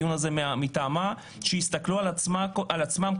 הכנסת בדבר שינוי בשעת פתיחת ישיבת הכנסת ביום שני,